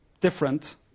different